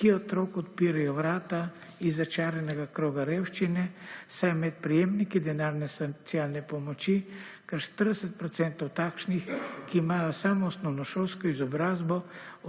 ki otroku odpirajo vrata iz začaranega kroga revščine, saj med prejemniki denarne socialne pomoči, kar 40 % takšnih, ki imajo samo osnovnošolsko izobrazbo